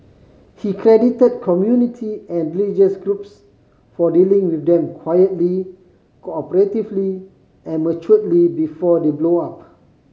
he credited community and religious groups for dealing with them quietly cooperatively and maturely before they blow up